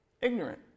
ignorant